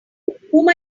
whom